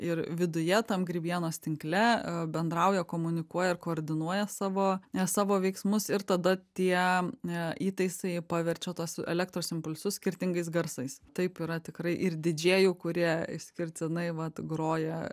ir viduje tam grybienos tinkle bendrauja komunikuoja ir koordinuoja savo savo veiksmus ir tada tie įtaisai paverčia tuos elektros impulsus skirtingais garsais taip yra tikrai ir didžėjų kurie išskirtinai vat groja